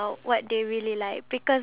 ya